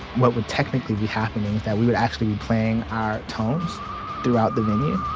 what would technically be happening is that we would actually be playing our tones throughout the venue,